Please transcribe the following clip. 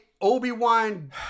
Obi-Wan